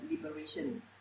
liberation